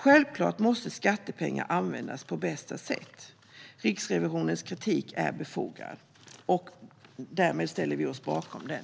Självklart måste skattepengar användas på bästa sätt. Riksrevisionens kritik är befogad. Vi ställer oss bakom den.